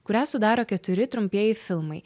kurią sudaro keturi trumpieji filmai